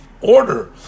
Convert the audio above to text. order